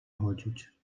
chodzić